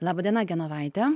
laba diena genovaite